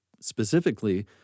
specifically